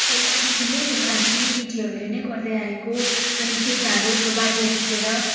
पहिलादेखि नै पुर्खादेखि नै केटीहरूले नै गर्दैआएको अनि केटाहरू जो बाहिर निस्किएर